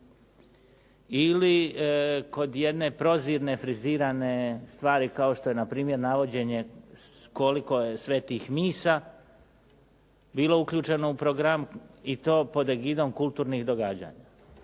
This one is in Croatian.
Ili kod jedne prozirne frizirane stvari kao što je na primjer navođenje koliko je svetih misa bilo uključeno u program i to pod degidom kulturnih događanja.